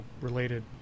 related